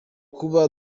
kuba